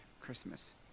Christmas